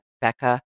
Becca